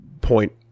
point